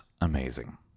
amazing